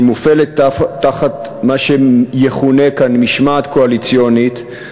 שמופעלת תחת מה שיכונה כאן "משמעת קואליציונית",